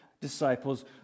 disciples